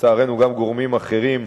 ולצערנו גם גורמים אחרים,